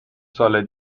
سال